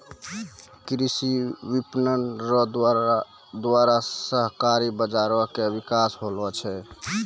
कृषि विपणन रो द्वारा सहकारी बाजारो के बिकास होलो छै